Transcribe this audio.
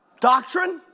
Doctrine